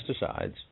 pesticides